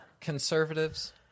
Conservatives